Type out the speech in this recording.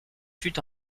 fut